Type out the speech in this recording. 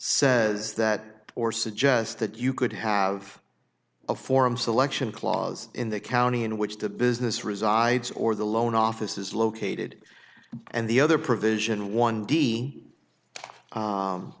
says that or suggest that you could have a form selection clause in the county in which the business resides or the loan office is located and the other provision one d